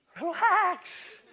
Relax